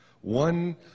One